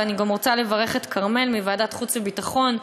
ואני גם רוצה לברך את כרמל מוועדת חוץ וביטחון,